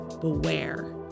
beware